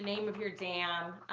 name of your dam,